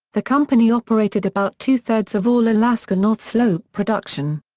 the company operated about two-thirds of all alaska north slope production.